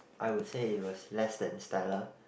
I would say that it was less than stellar